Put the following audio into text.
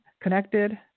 connected